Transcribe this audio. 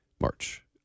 March